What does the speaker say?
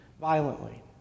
violently